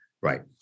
Right